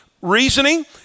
reasoning